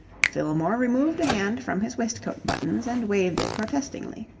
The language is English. fillmore removed a hand from his waistcoat buttons and waved it protestingly.